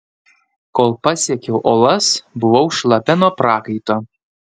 kol pasiekiau uolas buvau šlapia nuo prakaito